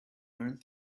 learned